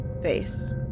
face